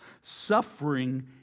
Suffering